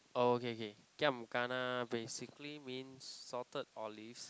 oh okay okay giam kana basically means salted olives